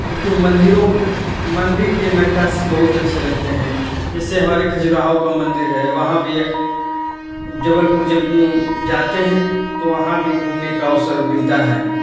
उनके मंदिरों मंदिर की नक्काशी बहुत अच्छे लगते हैं जैसे हमारे खजुराहो का मंदिर है वहाँ भी है जबलपुर जब जाते हैं तो वहाँ भी घूमने का अवसर मिलता है